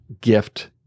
gift